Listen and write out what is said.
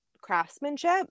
craftsmanship